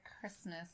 Christmas